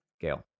Gail